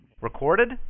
Recorded